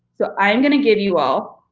so i'm gonna give you all